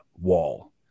wall